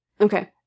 Okay